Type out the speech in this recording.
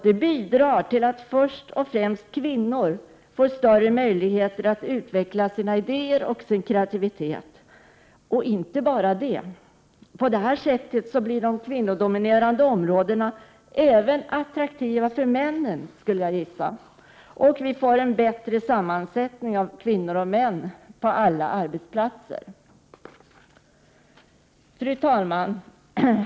Det bidrar till att först och främst kvinnor får större möjligheter att utveckla sina idéer och sin kreativitet, och inte bara det — på detta sätt blir de kvinnodominerade områdena även attraktiva för männen, och sammansättningen av kvinnor och män blir bättre på alla arbetsplatser. Fru talman!